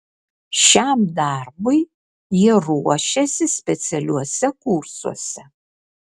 šiam darbui jie ruošiasi specialiuose kursuose